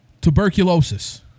Tuberculosis